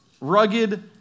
rugged